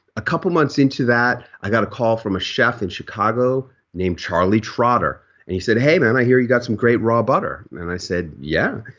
a couple months into that i got a call from a chef in chicago named charlie trotter and he said, hey man, i hear you got some great raw butter. and i said yeah.